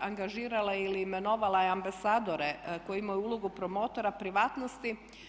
angažirala ili imenovala je ambasadore koji imaju ulogu promotora privatnosti.